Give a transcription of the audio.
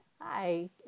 hi